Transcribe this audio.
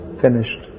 finished